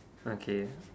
okay